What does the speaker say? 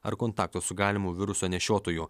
ar kontakto su galimu viruso nešiotoju